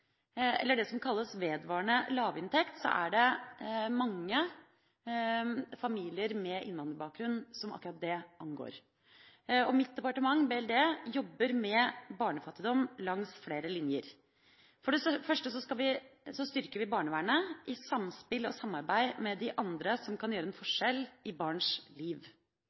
eller det som kalles vedvarende lavinntekt, angår det mange familier med innvandrerbakgrunn. Mitt departement, Barne, likestillings- og inkluderingsdepartementet, jobber med barnefattigdom langs flere linjer: For det første styrker vi barnevernet, i samspill og samarbeid med de andre som kan gjøre en forskjell i barns liv.